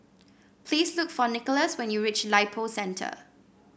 please look for Nicholaus when you reach Lippo Centre